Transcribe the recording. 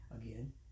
Again